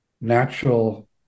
natural